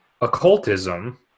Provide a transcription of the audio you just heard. occultism